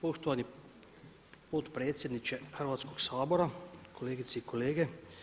Poštovani potpredsjedniče Hrvatskog sabora, kolegice i kolege.